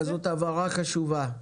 זאת הבהרה חשובה.